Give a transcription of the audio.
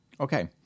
Okay